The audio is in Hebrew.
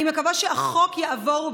אני מקווה שהחוק יעבור,